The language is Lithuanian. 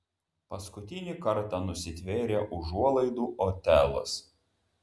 paskutinį kartą nusitvėrė užuolaidų otelas